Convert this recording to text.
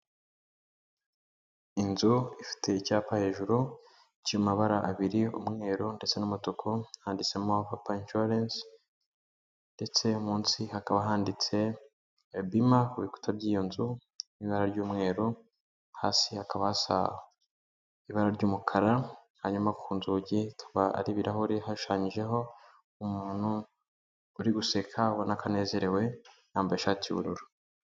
Inzu ifite icyapa hejuru kirimo amabara abiri y umweru ndetse n'umutuku handitseho yuwapa inshuwarensei ndetse munsi hakaba handitse biima kubikuta by'iyo nzu n'ibara ry'umweru hasi hakaa hasa ibara ry'umukara hanyuma ku nzugi ari ibirahure hashushanyijeho umuntu uri gusekabonakanezerewe nambaye ishati y'ubururu.